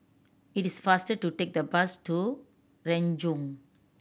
it is faster to take the bus to Renjong